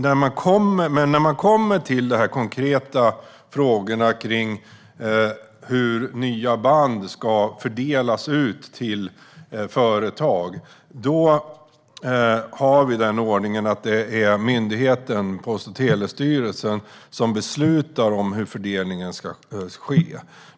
När det gäller de konkreta frågorna om hur nya band ska fördelas ut till företag har vi den ordningen att det är myndigheten Post och telestyrelsen som beslutar om hur fördelningen ska ske.